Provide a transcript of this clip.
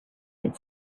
had